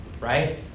Right